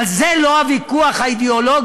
אבל זה לא הוויכוח האידיאולוגי,